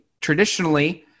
Traditionally